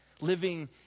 Living